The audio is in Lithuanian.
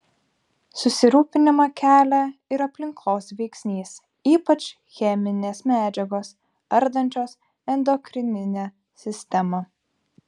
susirūpinimą kelia ir aplinkos veiksnys ypač cheminės medžiagos ardančios endokrininę sistemą